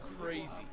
crazy